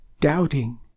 doubting